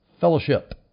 fellowship